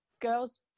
girls